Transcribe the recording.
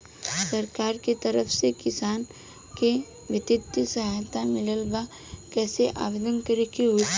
सरकार के तरफ से किसान के बितिय सहायता मिलत बा कइसे आवेदन करे के होई?